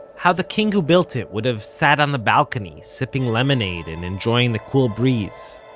how the king who built it would have sat on the balcony sipping lemonade and enjoying the cool breeze.